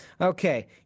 Okay